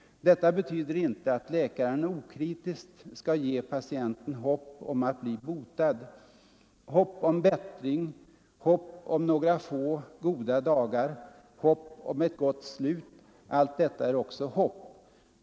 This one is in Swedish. Detta betyder inte att läkaren okritiskt ska ge patienten hopp om att bli botad. Hopp om bättring, hopp om några få goda dagar, hopp om ett gott slut — allt detta är också hopp.